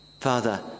Father